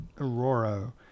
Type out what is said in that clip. Aurora